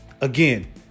Again